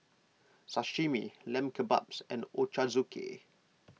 Sashimi Lamb Kebabs and Ochazuke